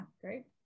great